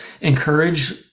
encourage